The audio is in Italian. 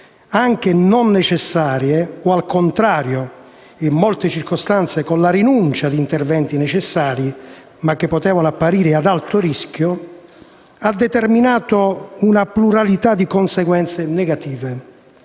anche non necessarie o, al contrario, in molte circostanze con la rinuncia a interventi necessari, ma che potevano apparire ad alto rischio, ha determinato una pluralità di conseguenze negative